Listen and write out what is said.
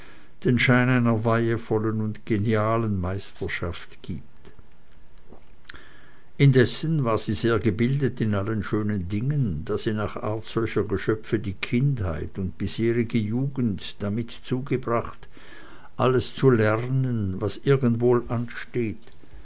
den schein einer weihevollen und genialen meisterschaft gibt indessen war sie sehr gebildet in allen schönen dingen da sie nach art solcher geschöpfe die kindheit und bisherige jugend damit zugebracht alles zu lernen was irgend wohl ansteht